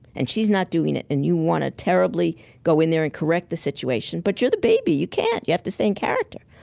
and she's not doing it, and you want to terribly go in there and correct the situation but you're the baby. you can't. you have to stay in character.